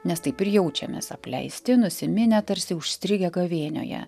nes taip ir jaučiamės apleisti nusiminę tarsi užstrigę gavėnioje